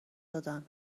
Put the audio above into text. دادن